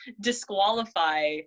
disqualify